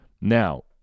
Now